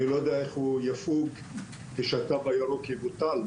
אני לא יודע איך הוא יפוג כשהתו הירוק יבוטל.